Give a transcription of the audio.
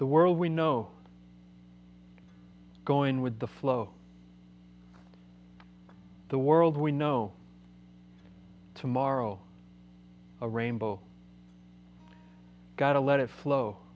the world we know going with the flow of the world we know tomorrow a rainbow gotta let it flow